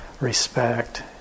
respect